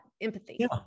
empathy